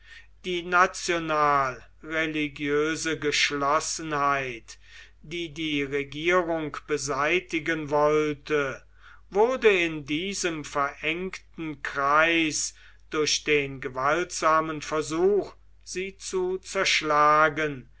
die national religiöse geschlossenheit die die regierung beseitigen wollte wurde in diesem verengten kreis durch den gewaltsamen versuch sie zu zerschlagen